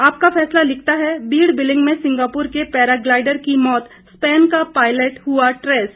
आपका फैसला लिखता है बीड़ बिलिंग में सिंगापुर के पैराग्लाइडर की मौत स्पेन का पायलट हुआ ट्रेस